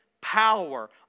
power